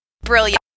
brilliant